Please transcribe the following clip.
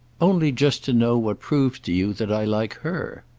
only just to know what proves to you that i like her.